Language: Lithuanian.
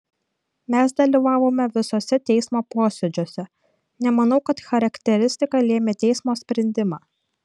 mes dalyvavome visuose teismo posėdžiuose nemanau kad charakteristika lėmė teismo sprendimą